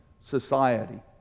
society